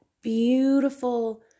beautiful